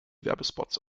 werbespots